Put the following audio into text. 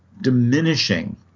diminishing